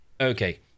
Okay